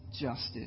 justice